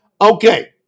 Okay